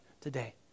today